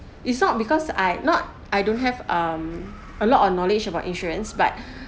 is not because I not I don't have um a lot of knowledge about insurance but